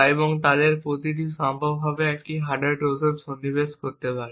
এবং তাদের প্রতিটি সম্ভাব্যভাবে একটি হার্ডওয়্যার ট্রোজান সন্নিবেশ করতে পারে